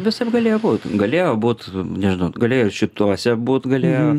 visaip galėjo būt galėjo būt nežnau galėjo šituose būtų galėjo